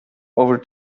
over